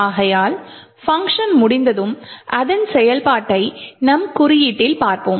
ஆகையால் பங்க்ஷன் முடிந்ததும் அதன் செயல்பாட்டை நாம் குறியீட்டில் பார்ப்போம்